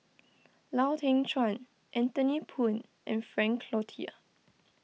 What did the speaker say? Lau Teng Chuan Anthony Poon and Frank Cloutier